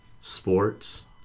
sports